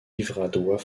livradois